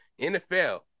NFL